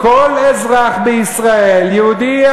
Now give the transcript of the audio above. כל אזרח בישראל: יהודי,